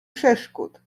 przeszkód